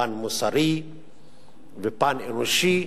פן מוסרי ופן אנושי.